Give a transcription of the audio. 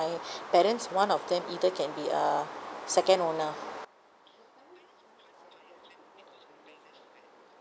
my parents one of them either can be a second owner